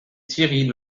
thierry